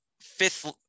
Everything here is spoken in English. fifth